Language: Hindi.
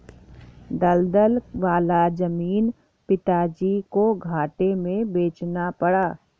दलदल वाला जमीन पिताजी को घाटे में बेचना पड़ा